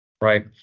Right